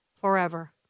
forever